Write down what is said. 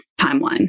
timeline